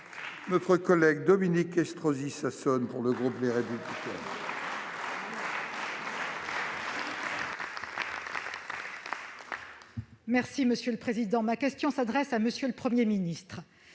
est à Mme Dominique Estrosi Sassone, pour le groupe Les Républicains.